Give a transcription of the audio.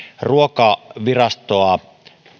ruokavirastoa